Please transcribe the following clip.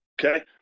okay